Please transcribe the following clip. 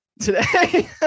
today